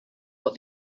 what